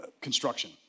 construction